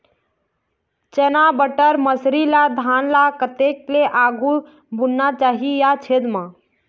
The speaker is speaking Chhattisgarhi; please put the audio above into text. चना बटर मसरी ला धान ला कतक के आघु बुनना चाही या छेद मां?